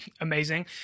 amazing